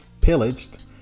pillaged